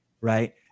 right